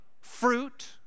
Fruit